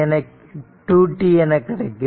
என கிடைக்கும்